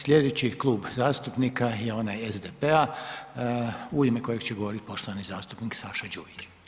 Sljedeći klub zastupnika je onaj SDP-a u ime kojeg će govoriti poštovani zastupnik Saša Đujić.